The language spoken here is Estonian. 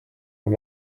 oma